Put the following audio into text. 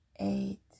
eight